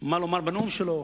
מה לומר בנאום שלו,